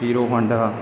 Hero Honda